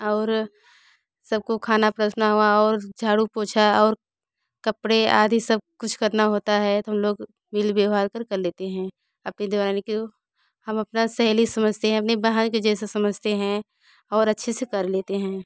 और सबको खाना परोसना हुआ और झाड़ू पोछा और कपड़े आदि सब कुछ करना होता है तो हम लोग मिल व्यवहार कर कर लेते हैं अपनी देवरानी को हम अपना सहेली समझते हैं अपनी बहन के जैसा समझते हैं और अच्छे से कर लेते हैं